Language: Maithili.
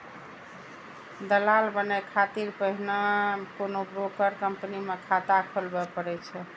दलाल बनै खातिर पहिने कोनो ब्रोकर कंपनी मे खाता खोलबय पड़ै छै